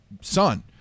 son